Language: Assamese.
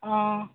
অঁ